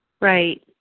Right